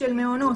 של מעונות.